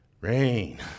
Rain